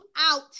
out